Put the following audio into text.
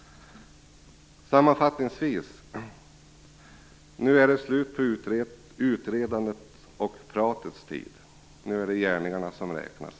Sammanfattningsvis: Nu är det slut på utredandets och pratets tid. Nu är det gärningarna som räknas.